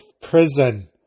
prison